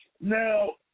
now